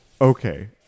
Okay